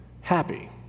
happy